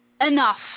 enough